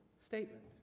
statement